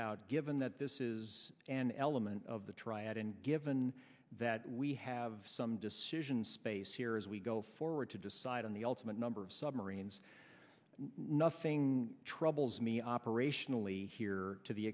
out given that this is an element of the triad and given that we have some decision space here as we go forward to decide on the ultimate number of submarines nothing troubles me operationally here to the